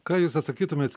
ką jūs atsakytumėt